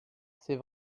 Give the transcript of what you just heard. c’est